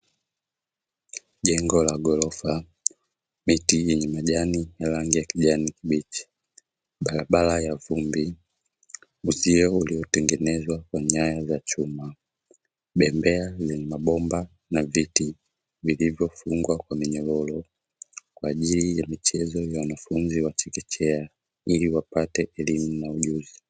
Jengo la ghorofa, miti yenye majani ya rangi kijani kibichi, barabara ya vumbi, uzio uliotengenezwa kwa nyaya za chuma, bembea zenye mabomba na viti vilivyofungwa kwa minyororo, kwa ajili ya michezo ya wanafunzi wa chekechea, ili wapate elimu na ujuzi.